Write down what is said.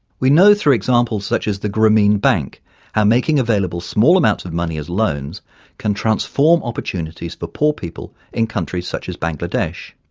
we know through examples such as the grameen bank how making available small amounts of money as loans can transform opportunities for but poor people in countries such as bangladesh.